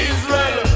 Israel